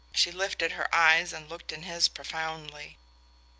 she lifted her eyes and looked in his profoundly.